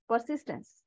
Persistence